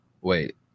Wait